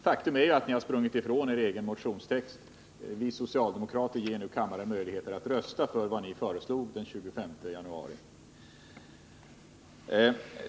Faktum är att ni har gått ifrån er egen motionstext, och vi socialdemokrater ger nu kammarens ledamöter en möjlighet att rösta för det som ni centerpartister föreslog den 25 januari.